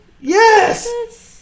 Yes